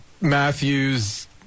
Matthews